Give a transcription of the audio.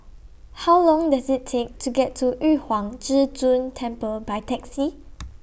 How Long Does IT Take to get to Yu Huang Zhi Zun Temple By Taxi